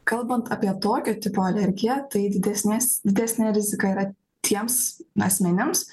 kalbant apie tokio tipo alergija tai didesnės didesnė rizika yra tiems asmenims